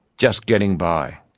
just getting by?